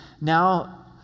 Now